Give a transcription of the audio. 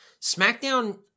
SmackDown